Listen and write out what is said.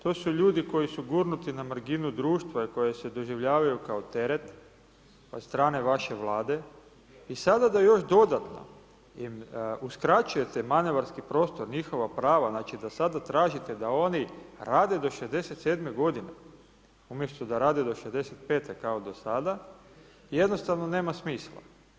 To su ljudi koji su gurnuti na marginu društva i koji se doživljavaju kao teret od strane vaše Vlade i sada da još dodatno im uskraćujete manevarski prostor, njihova prava, znači da sad zatražite da oni rade do 67 godina umjesto da rade do 65 kao do sada, jednostavno nema smisla.